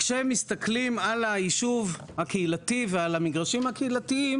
כשמסתכלים על היישוב הקהילתי ועל המגרשים הקהילתיים,